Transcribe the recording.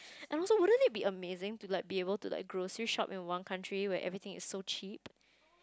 and also wouldn't it be amazing to like be able to like grocery shop in one country where everything is so cheap